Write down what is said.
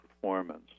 performance